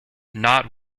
not